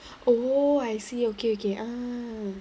oh I see okay okay ah